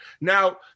Now